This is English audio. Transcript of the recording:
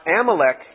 Amalek